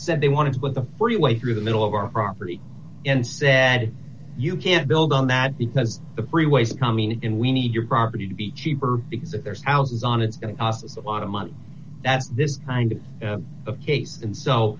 said they wanted to put the freeway through the middle of our property and said you can't build on that because the pre waste coming in we need your property to be cheaper because if there's houses on it's going to cost us a lot of money that's this kind of case and so